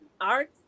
art